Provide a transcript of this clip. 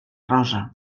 rosa